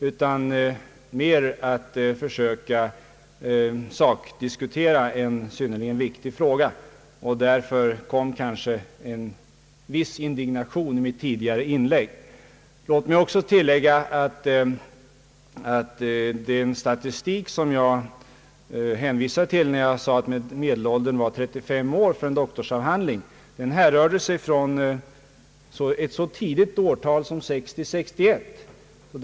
Det är bättre med en saklig diskussion i frågan, tyc ker jag, och därför kom kanske en viss indignation in i mitt tidigare inlägg. Låt mig också tillägga att den statistik jag hänvisar till, när jag säger att medianåldern är 35 år vid tiden för en doktorsavhandling, härrör sig från så tidiga årtal som 1960—1961.